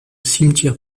cimetière